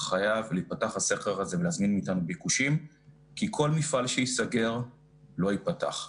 חייב להיפתח הסכר הזה ולהזמין מאתנו ביקושים כי כל מפעל שייסגר לא יפתח.